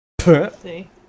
See